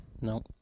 No